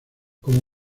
como